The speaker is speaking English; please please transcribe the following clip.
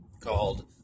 called